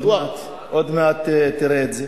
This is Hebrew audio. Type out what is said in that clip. עוד מעט תראה את זה.